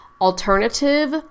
alternative